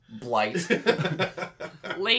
blight